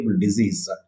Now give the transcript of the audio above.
disease